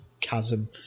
chasm